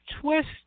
twist